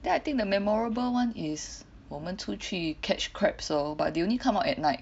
then I think the memorable one is 我们出去 catch crabs lor but they only come out at night